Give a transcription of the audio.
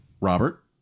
Robert